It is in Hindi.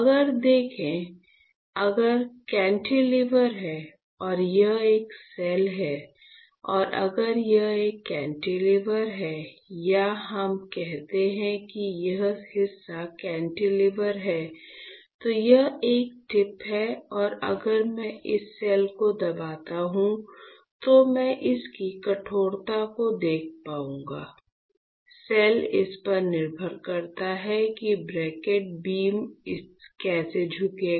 अगर देखे अगर कैंटिलीवर है और यह एक सेल है और अगर यह एक कैंटिलीवर है या हम कहते हैं कि यह हिस्सा कैंटिलीवर है तो यह एक टिप है और अगर मैं इस सेल को दबाता हूं तो मैं इसकी कठोरता को देख पाऊंगा सेल इस पर निर्भर करता है कि ब्रैकट बीम कैसे झुकेगा